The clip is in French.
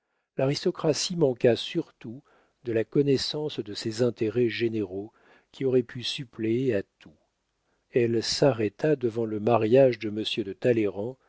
l'aristocratie manqua surtout de la connaissance de ses intérêts généraux qui aurait pu suppléer à tout elle s'arrêta devant le mariage de monsieur de